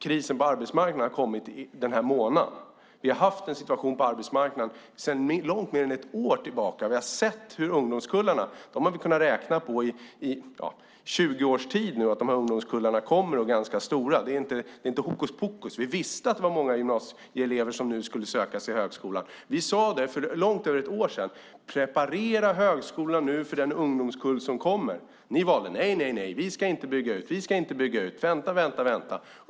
Krisen på arbetsmarknaden kom inte den här månaden utan har funnits i mer än ett år. I 20 års tid har vi vetat att det kommer stora ungdomskullar nu. Det är inte hokus pokus. Vi visste att det var många gymnasieelever som skulle söka till högskolan nu. För långt över ett år sedan sade vi: Preparera högskolan för den ungdomskull som kommer! Men ni sade: Nej, vi ska inte bygga ut; vi ska vänta.